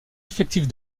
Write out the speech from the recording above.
effectifs